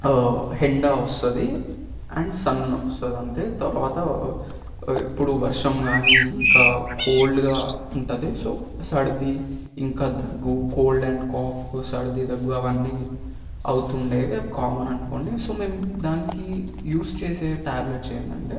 ఎండ వస్తుంది and sun వస్తుందంటే తరువాత ఇప్పుడు వర్షం కానీ ఇంకా కోల్డ్గా ఉంటుంది సో ఇంకా దగ్గు కోల్డ్ అండ్ కాఫ్ సర్ది దగ్గు అవన్నీ అవుతుండేవి అవి కామన్ అనుకోండి సో మేము దానికి యూజ్ చేసే టాబ్లెట్స్ ఏంటంటే